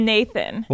Nathan